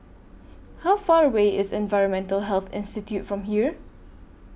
How Far away IS Environmental Health Institute from here